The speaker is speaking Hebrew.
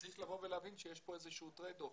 וצריך לבוא ולהבין שיש פה איזשהו טריידאוף.